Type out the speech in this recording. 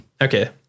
Okay